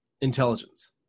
intelligence